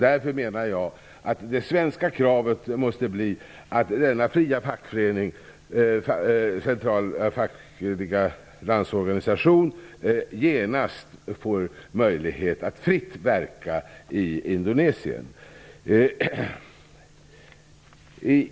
Därför måste det svenska kravet bli att detta oberoende fackförbund genast får möjlighet att fritt verka i Indonesien.